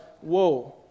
whoa